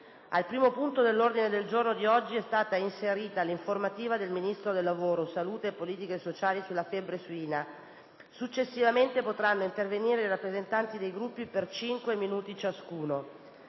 Al primo punto dell'ordine del giorno di oggi è stata inserita l'informativa del Ministro del lavoro, della salute e delle politiche sociali sulla febbre suina. Successivamente potranno intervenire i rappresentanti dei Gruppi per 5 minuti ciascuno.